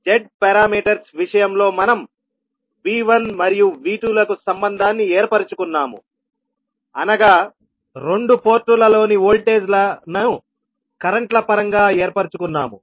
Z parameters విషయంలో మనం V1 మరియు V2 లకు సంబంధాన్ని ఏర్పరచుకున్నాము అనగా రెండు పోర్టులలోని ఓల్టేజ్ లను కరెంట్ ల పరంగా ఏర్పరచుకున్నాము